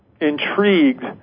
intrigued